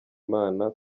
imana